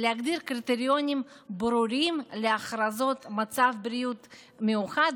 ולהגדיר קריטריונים ברורים להכרזה על מצב בריאות מיוחד,